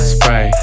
Spray